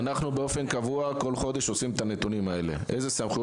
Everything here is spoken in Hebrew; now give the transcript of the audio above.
אנחנו אוספים את הנתונים האלה כל חודש, באופן קבוע